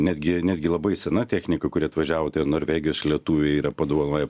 netgi netgi labai sena technika kuri atvažiavo norvegijos lietuviai yra padovanoję